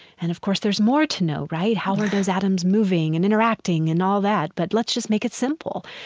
and, of course, there's more to know, right? how are those atoms moving and interacting and all that? but let's just make it simple.